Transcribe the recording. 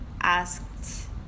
asked